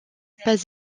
pas